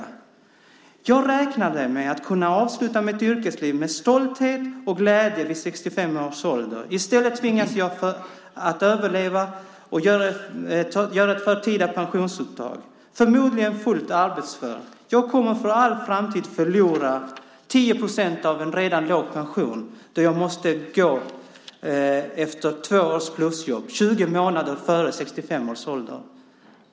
Hon skrev så här: Jag räknade med att kunna avsluta mitt yrkesliv med stolthet och glädje vid 65 års ålder. I stället tvingas jag att överleva och göra ett förtida pensionsuttag, förmodligen fullt arbetsför. Jag kommer för all framtid att förlora 10 procent av en redan låg pension då jag måste gå efter två års plusjobb, 20 månader före 65 års ålder.